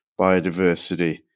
biodiversity